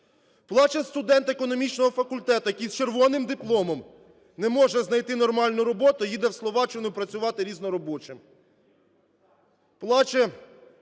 Плаче студент економічного факультету, який з червоним дипломом не може знати нормальну роботу, їде в Словаччину працювати різноробочим.